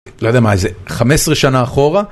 לא יודע מה, איזה 15 שנה אחורה.